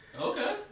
Okay